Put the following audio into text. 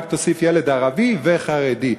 רק תוסיף: ילד ערבי וחרדי.